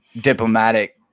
diplomatic